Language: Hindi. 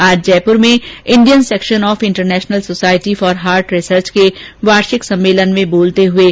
आज जयुपर में Indian section of international society for heart research के वार्षिक सम्मेलन में बोल रहे थे